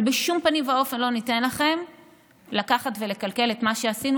אבל בשום פנים ואופן לא ניתן לכם לקחת ולקלקל את מה שעשינו,